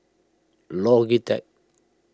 Logitech